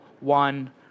one